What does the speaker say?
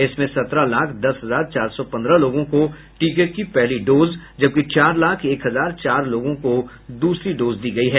इसमें सत्रह लाख दस हजार चार सौ पन्द्रह लोगों को टीके की पहली डोज जबकि चार लाख एक हजार चार लोगों को दूसरी डोज दी गयी है